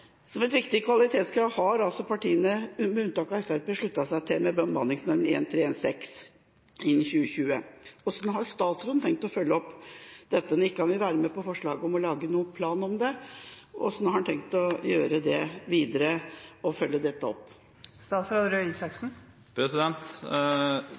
Som et viktig kvalitetskrav har altså partiene, med unntak av Fremskrittspartiet, sluttet seg til en bemanningsnorm på 1:3 og 1:6 innen 2020. Hvordan har statsråden tenkt å følge opp dette, når han ikke vil være med på forslaget om å lage noen plan om det? Hvordan har han tenkt å gjøre det videre, og følge dette opp?